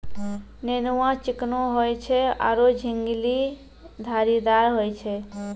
नेनुआ चिकनो होय छै आरो झिंगली धारीदार होय छै